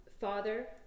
Father